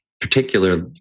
particularly